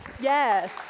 Yes